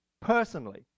personally